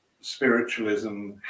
spiritualism